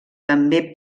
també